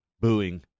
booing